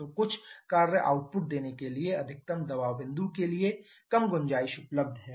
तो कुछ कार्य आउटपुट देने के लिए अधिकतम दबाव बिंदु के लिए कम गुंजाइश उपलब्ध है